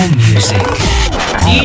music